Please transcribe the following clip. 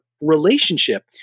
relationship